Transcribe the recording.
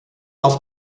auf